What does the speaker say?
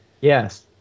Yes